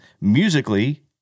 musically